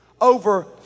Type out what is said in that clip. over